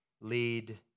lead